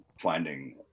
finding